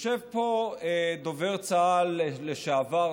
יושב פה דובר צה"ל לשעבר,